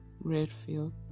Redfield